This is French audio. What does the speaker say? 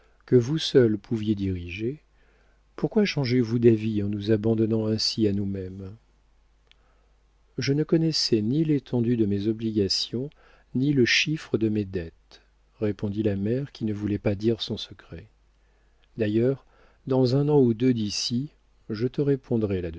que vous seule pouviez diriger pourquoi changez vous d'avis en nous abandonnant ainsi à nous-mêmes je ne connaissais ni l'étendue de mes obligations ni le chiffre de mes dettes répondit la mère qui ne voulait pas dire son secret d'ailleurs dans un an ou deux d'ici je te répondrai